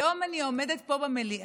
היום אני עומדת פה במליאה